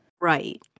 Right